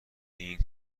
این